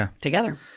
together